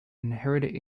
inherited